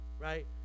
right